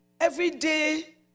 everyday